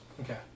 Okay